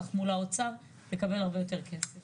יש לנו עוד הרבה לעשות לאחר מכן,